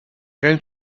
going